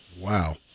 Wow